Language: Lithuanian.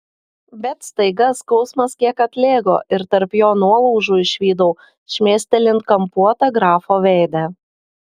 bet staiga skausmas kiek atlėgo ir tarp jo nuolaužų išvydau šmėstelint kampuotą grafo veidą